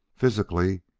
physically,